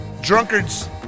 drunkards